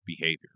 behavior